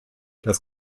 das